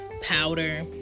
powder